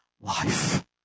life